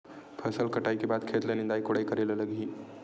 फसल कटाई के बाद खेत ल निंदाई कोडाई करेला लगही?